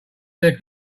their